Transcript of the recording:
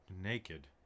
naked